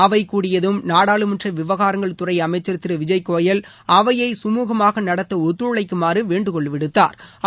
அவை கூடியதும் நாடாளுமன்ற விவகாரங்கள் துறை அமைச்சர் திரு விஜய் கோயல் அவையை சுமூகமாக நடத்த ஒத்துழைக்குமாறு வேண்டுகோள் விடுத்தாா்